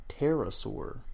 Pterosaur